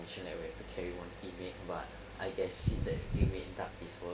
actually like we had to like carry one teammate but I guessing that teammate dug his work